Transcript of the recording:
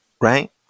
right